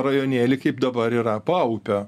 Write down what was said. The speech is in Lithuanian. rajonėlį kaip dabar yra paupio